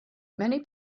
many